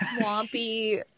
swampy